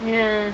ya